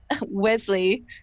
Wesley